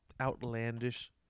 outlandish